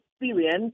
experience